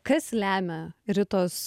kas lemia ritos